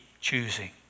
choosing